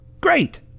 Great